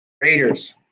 Raiders